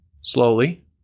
slowly